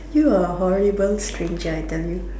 you are a horrible stranger I tell you